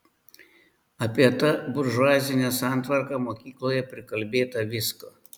apie tą buržuazinę santvarką mokykloje prikalbėta visko